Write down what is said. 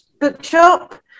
bookshop